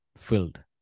filled